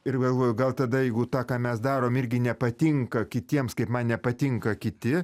ir galvoju gal tada jeigu tą ką mes darom irgi nepatinka kitiems kaip man nepatinka kiti